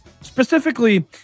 specifically